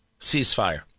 ceasefire